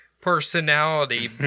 personality